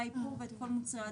האיפור ואת כל מוצרי הדיאודורנטים.